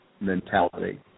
mentality